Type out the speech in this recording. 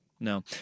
No